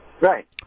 Right